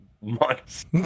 months